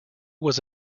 was